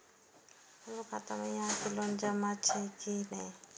हमरो खाता से यहां के लोन जमा हे छे की ने?